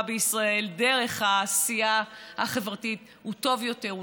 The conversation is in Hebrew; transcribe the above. בישראל דרך העשייה החברתית הוא טוב יותר,